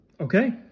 Okay